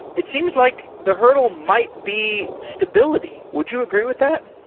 it seems like the hurdle might be stability, would you agree with that?